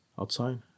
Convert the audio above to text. outside